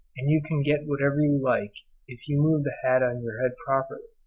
and you can get whatever you like if you move the hat on your head properly.